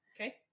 Okay